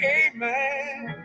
amen